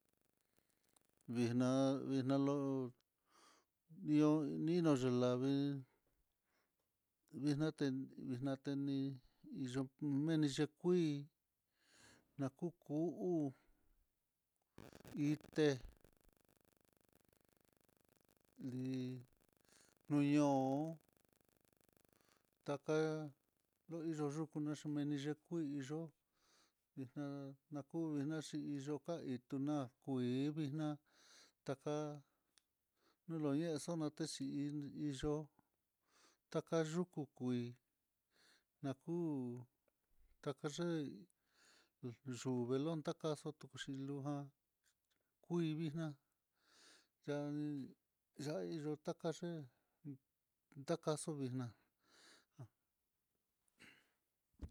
Vixna vixna lo'o, nionina yixlavii, vixnate nixnatenin yon meni ya'a kuii, nakuku hú ité li luño'o, taka yoyuku naxhu meni ya'á kuii, yo'o vixna kuina xhi iyoka ituna kuixviná, taka nuluña xonate xhii hi yo'o ka yuku kuii naku taka ye'i, yuu velonta kaxu tuxhi loan kuii vixna xha'a xhaixyotá ndatakaye ndakaxu vixna.